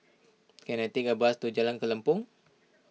can I take a bus to Jalan Kelempong